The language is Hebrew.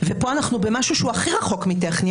ופה אנחנו במשהו שהוא הכי רחוק מטכני.